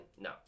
No